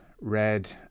red